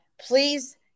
please